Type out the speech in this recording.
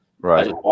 Right